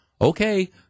Okay